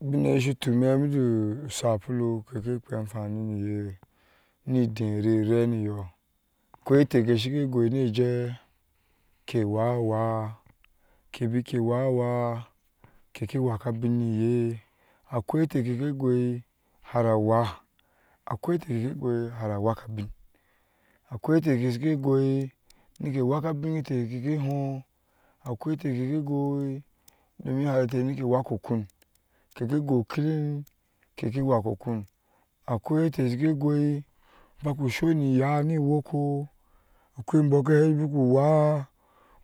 Obihɛye sutik mitei safulu ki kpaya afani niye nii dɛni raini yɔɔ ko teh ke ke gwai nɛ jai ke wawa ke beke wawa keke waka abi niyɛ akwai iteh ke gwai hara waka abi akwai iteh ke gwai hara te keke waki okuŋ keke gwai kilin keke wako okun akwai ite keke gwai baku soni iya ni yɔɔko bɔɔ ka hɛ baku wa